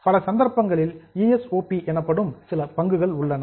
பல சந்தர்ப்பங்களில் E S O P எனப்படும் சில பங்குகள் உள்ளன